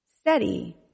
steady